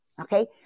Okay